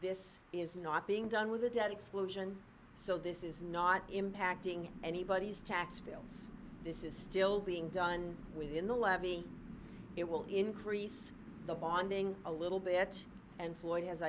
this is not being done with the debt exclusion so this is not impacting anybody's tax bills this is still being done within the levy it will increase the bonding a little bit and floyd has